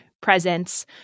presence